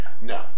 No